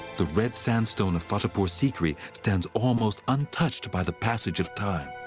the red sandstone of fatehpur sikri stands almost untouched by the passage of time.